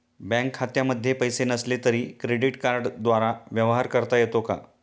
Bank खात्यामध्ये पैसे नसले तरी क्रेडिट कार्डद्वारे व्यवहार करता येतो का?